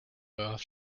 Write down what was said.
earth